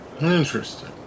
Interesting